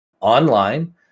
online